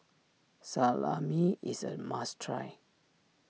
Salami is a must try